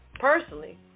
personally